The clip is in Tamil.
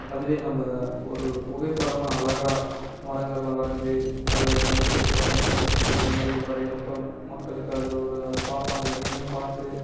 அதுவே நம்ம ஒரு புகைப்படமாக அழகாக மரங்களை வரைஞ்சி அது நல்ல செழிப்பாக பச்சைப்பசேன்ட்டு இருக்கிறமாதிரி வரைகிறப்ப மக்களுக்கு அதில் ஒரு அது பார்ப்பாங்க நின்று பார்த்து